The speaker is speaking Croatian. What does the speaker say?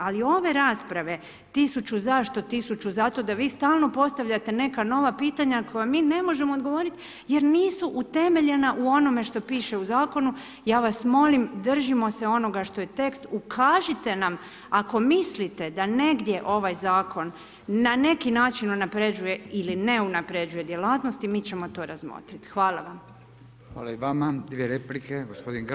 Ali ove rasprave 1000 zašto, 1000 zato, da vi stalno postavljate neka nova pitanja koja mi ne možemo odgovoriti jer nisu utemeljena u onome što piše u zakonu ja vas molim držimo se onoga što je tekst, ukažite nam ako mislite da negdje ovaj zakon na neki način unapređuje ili ne unapređuje djelatnosti mi ćemo to razmotriti.